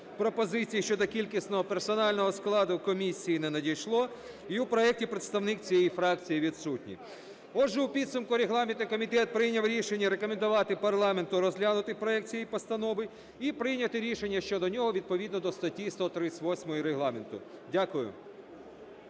пропозицій щодо кількісного персонального складу комісії не надійшло, і в проекті представник цієї фракції відсутній. Отже, у підсумку регламентний комітет прийняв рішення рекомендувати парламенту розглянути проект цієї постанови і прийняти рішення щодо нього відповідно до статті 138 Регламенту. Дякую.